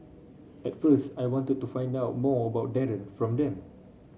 at first I wanted to find out more about Darren from them